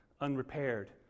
unrepaired